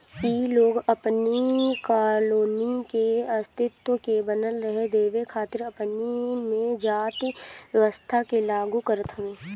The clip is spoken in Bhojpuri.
इ लोग अपनी कॉलोनी के अस्तित्व के बनल रहे देवे खातिर अपनी में जाति व्यवस्था के लागू करत हवे